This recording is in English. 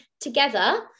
together